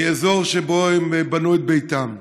מאזור שבו הם בנו את ביתם.